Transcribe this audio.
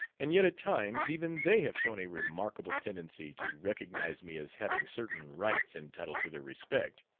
and yet at times even they have shown a remarkable tendency to recognize me as having certain rights entitled to their respect,